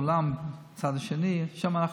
בצד השני של העולם,